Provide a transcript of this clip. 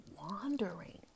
wandering